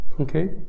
okay